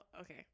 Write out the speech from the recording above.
okay